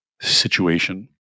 situation